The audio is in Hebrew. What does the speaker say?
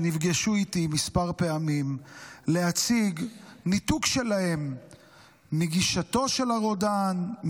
שנפגשו איתי כמה פעמים להציג ניתוק שלהם מגישתו של הרודן,